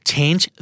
Change